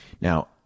now